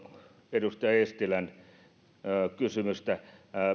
edustaja eestilän kysymystä